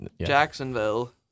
Jacksonville